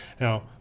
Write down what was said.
now